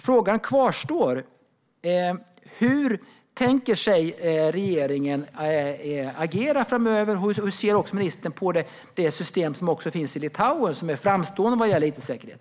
Frågan kvarstår alltså: Hur tänker regeringen agera framöver? Och hur ser ministern på det system som finns i Litauen, som är framstående vad gäller it-säkerhet?